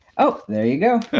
oh, there you go.